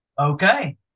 Okay